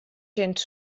gens